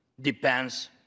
depends